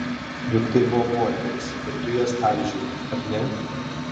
juk tai buvo moterys ir tu jas talžei ar ne